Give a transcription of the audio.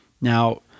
Now